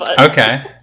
Okay